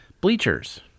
Bleachers